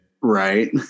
Right